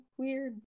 weird